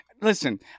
Listen